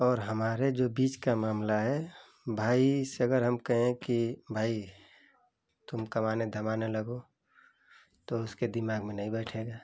और हमारे जो बीच का मामला है भाई से अगर हम कहें कि भाई तुम कमाने धमाने लगो तो उसके दिमाग में नहीं बैठेगा